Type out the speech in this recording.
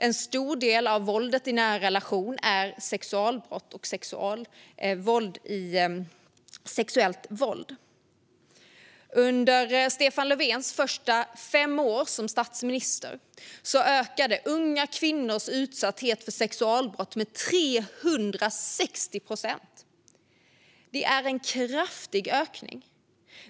En stor del av våldet i nära relationer är sexuellt. Under Stefan Löfvens första fem år som statsminister ökade unga kvinnors utsatthet för sexualbrott med 360 procent. Det är en kraftig ökning.